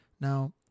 Now